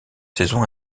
saisons